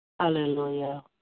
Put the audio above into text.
Hallelujah